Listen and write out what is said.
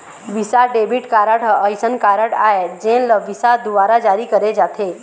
Visa debit card ह असइन card आय जेन ल विसा दुवारा जारी करे जाथे